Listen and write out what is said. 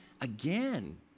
again